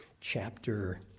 chapter